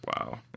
Wow